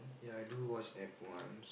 ya I do watch F-one